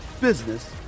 business